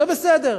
זה בסדר.